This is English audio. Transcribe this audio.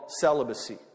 celibacy